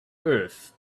earth